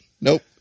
Nope